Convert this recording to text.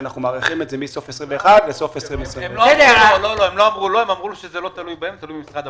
שאנחנו מאריכים את זה מסוף 21' לסוף- -- מתואם עם שר הפנים.